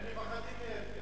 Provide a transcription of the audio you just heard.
הם מפחדים מאלקין.